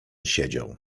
siedział